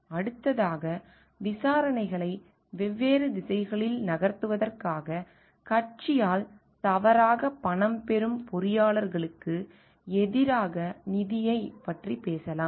அடுத்ததாக விசாரணைகளை வெவ்வேறு திசைகளில் நகர்த்துவதற்காக கட்சியால் தவறாகப் பணம் பெறும் பொறியாளர்களுக்கு எதிராக நிதியைப் பற்றி பேசலாம்